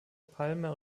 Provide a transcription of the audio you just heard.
palmer